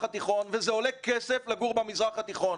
התיכון וזה עולה כסף לגור במזרח התיכון.